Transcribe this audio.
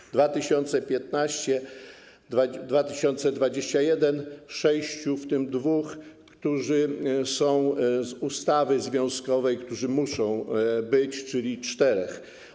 Lata 2015-2021, sześciu, w tym dwóch, którzy są z ustawy związkowej, którzy muszą być, czyli czterech.